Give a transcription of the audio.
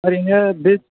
ओरैनो बै